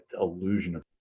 illusion